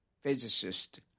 physicist